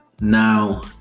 now